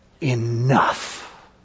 enough